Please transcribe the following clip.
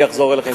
אני אחזור אליכם.